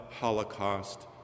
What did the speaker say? Holocaust